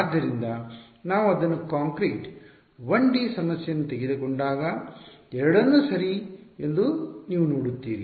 ಆದ್ದರಿಂದ ನಾವು ಅದನ್ನು ಕಾಂಕ್ರೀಟ್ 1ಡಿ ಸಮಸ್ಯೆಯನ್ನು ತೆಗೆದುಕೊಂಡಾಗ ಎರಡನ್ನೂ ಮಾಡುವುದು ಸರಿ ಎಂದು ನೀವು ನೋಡುತ್ತೀರಿ